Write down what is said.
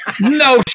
No